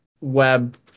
web